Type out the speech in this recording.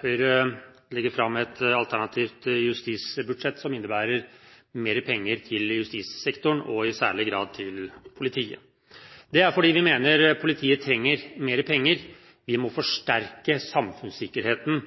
Høyre legger fram et alternativt justisbudsjett som innebærer mer penger til justissektoren og i særlig grad til politiet. Det er fordi vi mener politiet trenger mer penger. Vi må forsterke samfunnssikkerheten